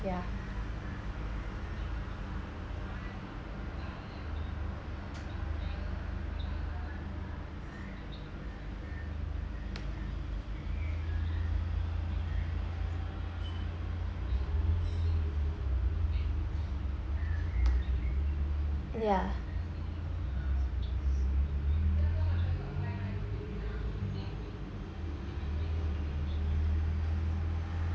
ya ya